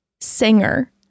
singer